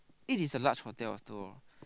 it is a large hotel also